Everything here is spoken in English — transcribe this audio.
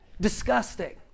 Disgusting